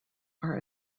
are